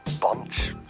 bunch